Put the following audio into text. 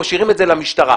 משאירים את זה למשטרה.